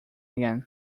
again